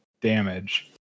damage